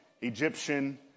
Egyptian